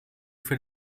für